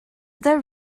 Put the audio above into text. there